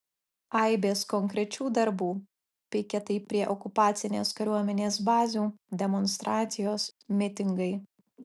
aibės konkrečių darbų piketai prie okupacinės kariuomenės bazių demonstracijos mitingai